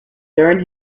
during